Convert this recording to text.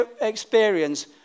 experience